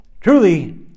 Truly